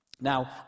Now